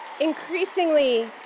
Increasingly